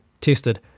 tested